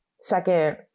second